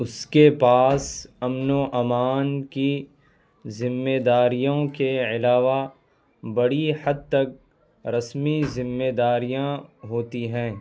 اس کے پاس امن و امان کی ذمے داریوں کے علاوہ بڑی حد تک رسمی ذمے داریاں ہوتی ہیں